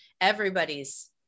everybody's